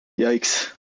Yikes